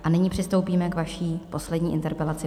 A nyní přistoupíme k vaší poslední interpelaci.